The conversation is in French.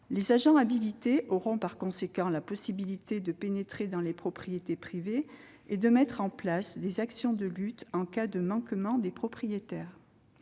les agents habilités auront la possibilité de pénétrer dans les propriétés privées pour mettre en place des actions de lutte en cas de manquement des propriétaires.